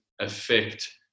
affect